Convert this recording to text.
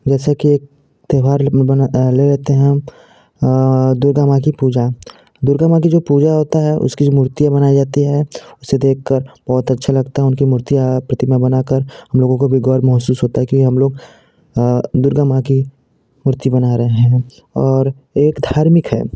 जैसे कि त्यौहार में लेते हैं दुर्गा माँ की पूजा दुर्गा माँ की जो पूजा होता है उसकी मूर्तियाँ बनाई जाती हैं उसे देखकर बहुत अच्छा लगता है उनकी मूर्तियाँ प्रतिमा बनाकर हम लोगों को भी गर्व महसूस होता है कि हम लोग दुर्गा माँ की मूर्ति बना रहे हैं और एक धार्मिक है